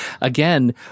again